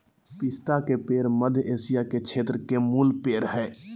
पिस्ता के पेड़ मध्य एशिया के क्षेत्र के मूल पेड़ हइ